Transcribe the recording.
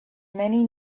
many